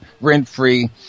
rent-free